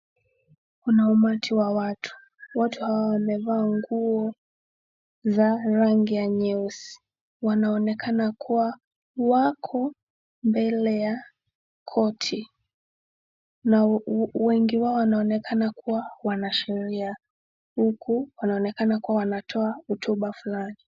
Kuna umati wa watu. Watu hawa wamevaa nguo za rangi ya nyeusi. Wanaonekana kuwa wako mbele ya koti. Na wengi wao wanaonekana kuwa wanasheria, huku wanaonekana kuwa wanatoa hotuba fulani.